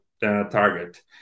target